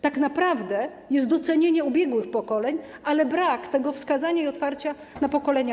Tak naprawdę to jest docenienie ubiegłych pokoleń, ale brak tu tego wskazania, otwarcia na nowe pokolenia.